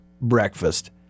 breakfast